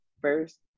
first